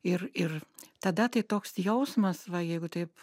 ir ir tada tai toks jausmas va jeigu taip